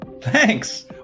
Thanks